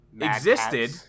existed